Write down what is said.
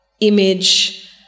image